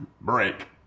break